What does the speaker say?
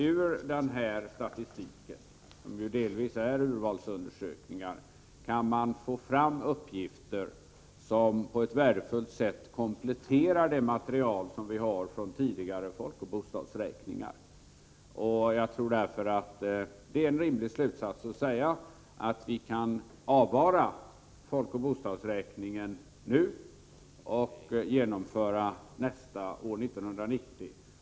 Ur denna statistik — som ju delvis kommer från urvalsundersökningar — kan man få fram uppgifter som på ett värdefullt sätt kompletterar det material som vi har från tidigare folkoch bostadsräkningar. Jag tror därför att det är en rimlig slutsats att säga att vi kan avvara folkoch bostadsräkningen nu och att vi kan genomföra den nästa gång under år 1990.